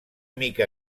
mica